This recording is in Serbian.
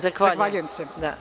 Zahvaljujem se.